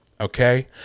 okay